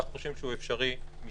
אנחנו חושבים שהוא אפשרי משפטית.